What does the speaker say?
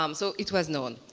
um so it was known.